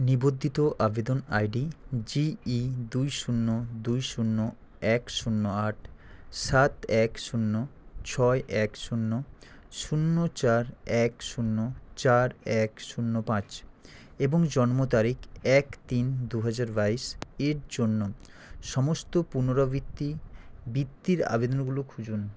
নিবদ্ধিত আবেদন আইডি জিই দুই শূন্য দুই শূন্য এক শূন্য আট সাত এক শূন্য ছয় এক শূন্য শূন্য চার এক শূন্য চার এক শূন্য পাঁচ এবং জন্ম তারিখ এক তিন দু হাজার বাইশ এর জন্য সমস্ত পুনরাবৃত্তি বৃত্তির আবেদনগুলো খুঁজুন